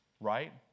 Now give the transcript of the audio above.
right